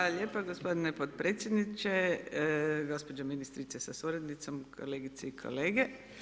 Hvala lijepa gospodine potpredsjedniče, gospođo ministrice s suradnicom, kolegice i kolege.